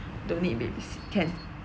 don't need baby sit can